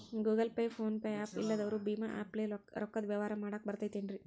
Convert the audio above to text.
Google pay, phone pay app ಇಲ್ಲದವರು ಭೇಮಾ app ಲೇ ರೊಕ್ಕದ ವ್ಯವಹಾರ ಮಾಡಾಕ್ ಬರತೈತೇನ್ರೇ?